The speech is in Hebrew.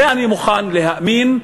זה אני מוכן להאמין,